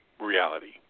reality